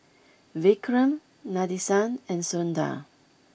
Vikram Nadesan and Sundar